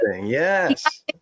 yes